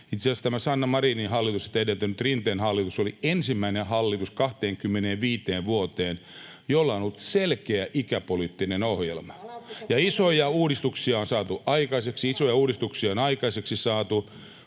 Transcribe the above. Itse asiassa tämä Sanna Marinin hallitus ja sitä edeltänyt Rinteen hallitus oli ensimmäinen hallitus 25 vuoteen, jolla on ollut selkeä ikäpoliittinen ohjelma. [Mika Niikko: Palataanko